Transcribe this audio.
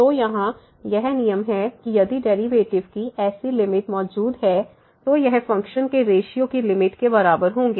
तो यहाँ यह नियम है कि यदि डेरिवेटिव की ऐसी लिमिट मौजूद हैं तो यह फ़ंक्शन के रेश्यो की लिमिट के बराबर होंगे